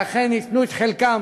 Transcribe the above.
ואכן ייתנו את חלקן,